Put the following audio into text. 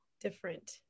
different